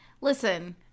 Listen